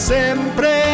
sempre